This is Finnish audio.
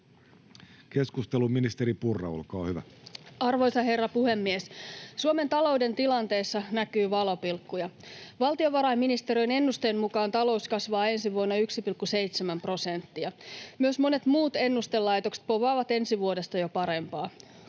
Keskustelu, ministeri Purra, olkaa hyvä. Arvoisa herra puhemies! Suomen talouden tilanteessa näkyy valopilkkuja. Valtiovarainministeriön ennusteen mukaan talous kasvaa ensi vuonna 1,7 prosenttia. Myös monet muut ennustelaitokset povaavat ensi vuodesta jo parempaa.